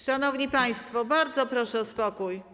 Szanowni państwo, bardzo proszę o spokój.